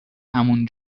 همون